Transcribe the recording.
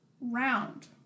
round